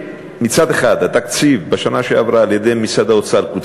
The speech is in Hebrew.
שמצד אחד התקציב בשנה שעברה קוצץ על-ידי משרד האוצר,